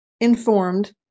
informed